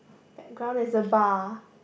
background is a bar